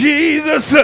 Jesus